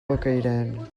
bocairent